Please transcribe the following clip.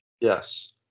Yes